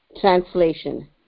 Translation